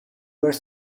were